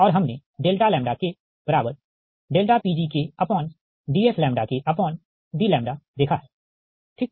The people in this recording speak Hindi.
और हमने Pgdf dλ देखा है ठीक